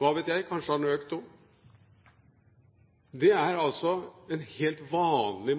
Hva vet jeg, kanskje har den økt nå? Det er altså helt vanlig